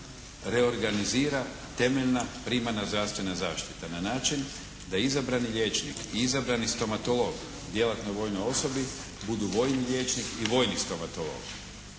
reorganizira temeljna primarna zdravstvena zaštita na način da izabrani liječnik i izabrani stomatolog djelatnoj vojnoj osobi budu vojni liječnik i vojni stomatolog.